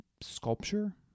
sculpture